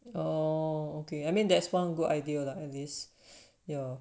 oh okay I mean that's one good idea lah at least ya